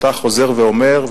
אתה חוזר ואומר,